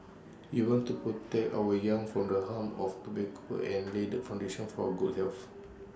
we want to protect our young from the harms of tobacco and lay the foundation for good health